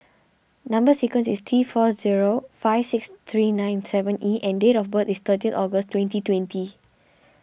Number Sequence is T four zero five six three nine seven E and date of birth is thirty August twenty twenty